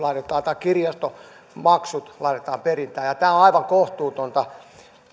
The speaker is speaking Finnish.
tai kirjastomaksut laitetaan perintään on on aivan kohtuutonta